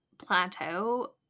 plateau